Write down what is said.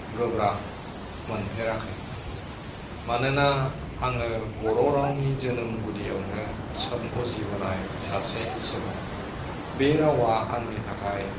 गोब्राब मोनफेराखै मानोना आङो बर' रावनि जोनोम गुदिआवनो उजिबोनाय सासे सुबुं बे रावआ आंनि थाखाय